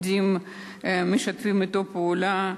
משתפים אתו פעולה,